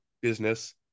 business